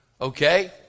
Okay